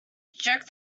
jerk